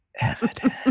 evidence